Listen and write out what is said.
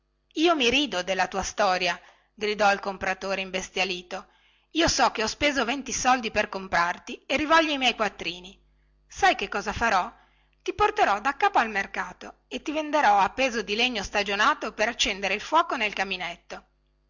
io mi rido della tua storia gridò il compratore imbestialito io so che ho speso venti soldi per comprarti e rivoglio i miei quattrini sai che cosa farò ti porterò daccapo al mercato e ti rivenderò a peso di legno stagionato per accendere il fuoco nel caminetto